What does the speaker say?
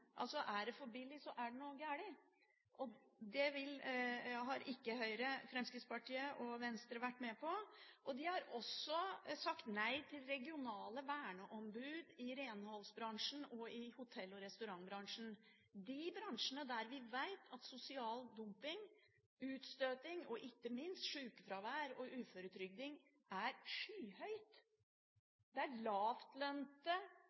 altså, er det for billig, så er det noe galt. Det har ikke Høyre, Fremskrittspartiet og Venstre vært med på. De har også sagt nei til regionale verneombud i renholdsbransjen og i hotell- og restaurantbransjen – bransjer hvor vi vet at bruken av sosial dumping, utstøting og ikke minst sykefravær og uføretrygd er